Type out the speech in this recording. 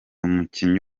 umukinnyi